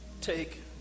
Take